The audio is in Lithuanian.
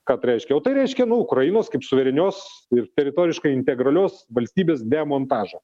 ką tai reiškia o tai reiškia nu ukrainos kaip suverenios ir teritoriškai integralios valstybės demontažą